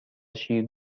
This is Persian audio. شیر